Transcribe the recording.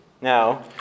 Now